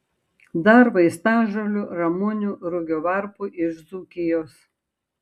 dar vaistažolių ramunių rugio varpų iš dzūkijos